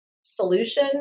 solution